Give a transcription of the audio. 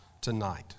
tonight